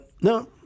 no